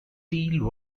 teal